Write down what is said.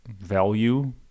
value